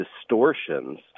distortions